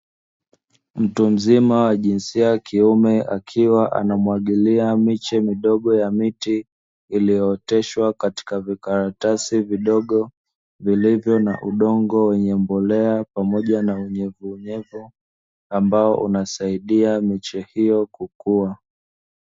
Mtu mzima jinsia ya kiume akiwa anamwagilia miche ya miti iliyooteshwa katika vikaratasi vidogo, vilivyo na udongo wenye mbolea pamoja unyevuunyevu, ambao uansaidia miche hiyo kukua.